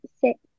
six